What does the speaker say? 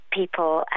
people